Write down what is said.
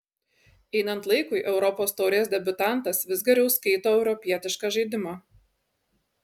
einant laikui europos taurės debiutantas vis geriau skaito europietišką žaidimą